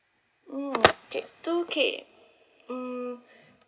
mm okay two K mm